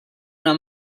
una